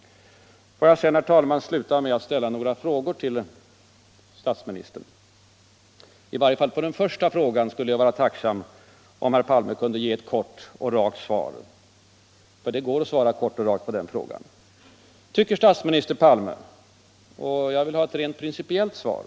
Får jag sedan, herr talman, sluta med att ställa några frågor till statsministern. I varje fall skulle jag vara tacksam om herr Palme på den första frågan kunde ge ett kort och rakt svar. Det går att svara rakt och kort på den frågan. Jag vill ha ett rent principiellt svar.